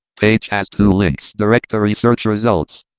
page has two links. directory search results.